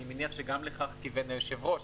אני מניח שגם לכך כיוון היושב-ראש.